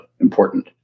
important